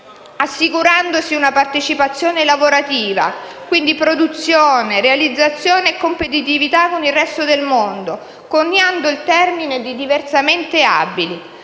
assicurandosi una partecipazione lavorativa; quindi produzione, realizzazione e competitività con il resto del mondo, coniando l'espressione «diversamente abili»